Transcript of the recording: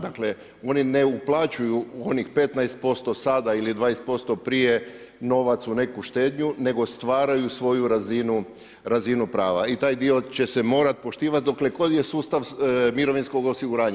Dakle oni ne uplaćuju u onih 15% sada ili 20% prije novac u neku štednju, nego stvaraju svoju razinu prava i taj dio će se morat poštivat dokle god je sustav mirovinskog osiguranja.